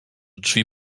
drzwi